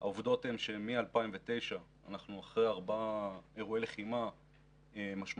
העובדות הן שמ-2009 אנחנו אחרי ארבעה אירועי לחימה משמעותיים,